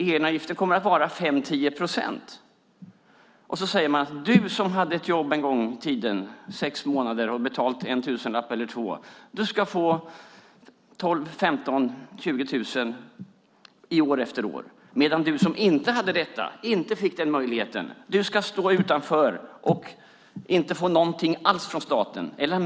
Egenavgiften kommer att vara 5-10 procent, och så säger man: Du som hade ett jobb under sex månader en gång i tiden och har betalat en tusenlapp eller två ska få 12 000-20 000 kronor år efter år, medan du som inte fick den möjligheten ska stå utanför och inte få någonting alls från staten.